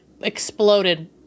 exploded